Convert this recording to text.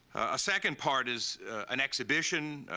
a second part is an exhibition,